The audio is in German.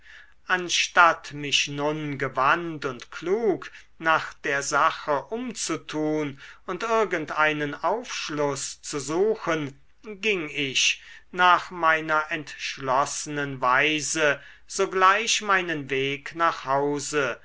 anstatt mich nun gewandt und klug nach der sache umzutun und irgend einen aufschluß zu suchen ging ich nach meiner entschlossenen weise sogleich meinen weg nach hause